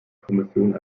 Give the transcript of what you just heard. kommission